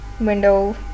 window